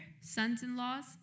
sons-in-laws